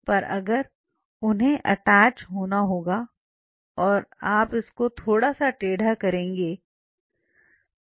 पर अगर उन्हें अटैच होना होगा और आप इसको थोड़ा सा टेढ़ा करेंगे तो